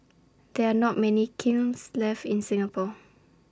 there are not many kilns left in Singapore